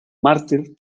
mártir